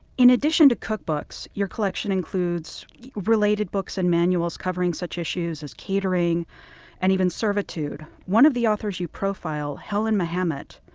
in addition to cookbooks, your collection includes related books and manuals covering such issues as catering and even servitude. one of the authors you profiled, helen mahammitt,